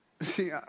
See